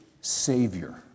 savior